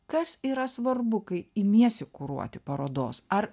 kas yra svarbu kai imiesi kuruoti parodos ar